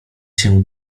się